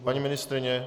Paní ministryně?